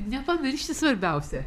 nepamiršti svarbiausia